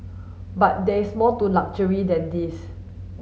but there is more to luxury than these